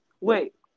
Wait